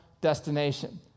destination